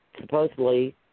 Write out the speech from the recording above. supposedly